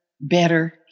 better